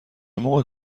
موقع